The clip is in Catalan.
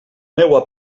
meua